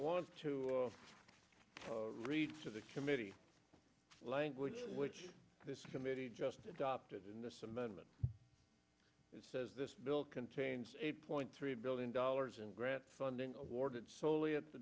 want to read to the committee language which this committee just adopted in this amendment it says this bill contains eight point three billion dollars in grant funding awarded solely at the